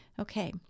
okay